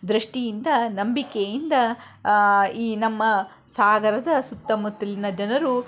ದೃಷ್ಟಿಯಿಂದ ನಂಬಿಕೆಯಿಂದ ಈ ನಮ್ಮ ಸಾಗರದ ಸುತ್ತಮುತ್ತಲಿನ ಜನರು